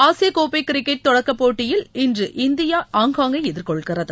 Asia கோப்பை cricket தொடக்கப் போட்டியில் இன்று இந்தியா ஹாங்காங்கை எதிர்கொள்கிறது